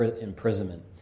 imprisonment